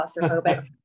claustrophobic